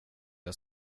jag